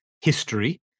history